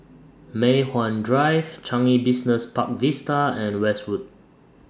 Mei Hwan Drive Changi Business Park Vista and Westwood